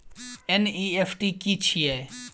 NEFT की छीयै?